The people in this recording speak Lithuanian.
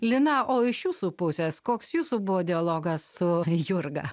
lina o iš jūsų pusės koks jūsų buvo dialogas su jurga